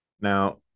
Now